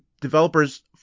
developers